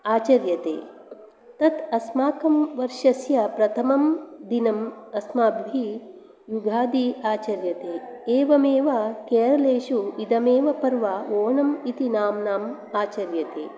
आचर्यते तत् अस्माकं वर्षस्य प्रथमं दिनम् अस्माभिः युगादि आचर्यते एवमेव केरलेषु इदमेव पर्व ओणम् इति नाम्ना आचर्यते